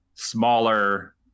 smaller